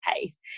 case